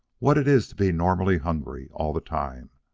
what it is to be normally hungry all the time,